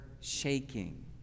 shaking